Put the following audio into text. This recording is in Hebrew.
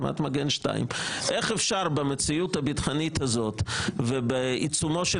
חומת מגן 2. איך אפשר במציאות הביטחונית הזאת ובעיצומו של